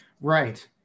Right